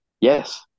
Yes